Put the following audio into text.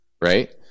right